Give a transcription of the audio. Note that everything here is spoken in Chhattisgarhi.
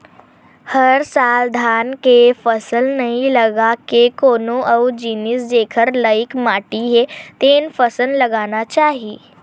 हर साल धान के फसल नइ लगा के कोनो अउ जिनिस जेखर लइक माटी हे तेन फसल लगाना चाही